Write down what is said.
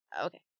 Okay